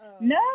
No